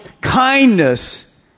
kindness